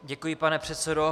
Děkuji, pane předsedo.